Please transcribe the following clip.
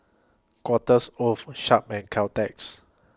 Quarters of Sharp and Caltex